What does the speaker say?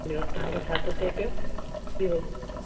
ॿियों तव्हांखे छा थो थिए पियो ॿियो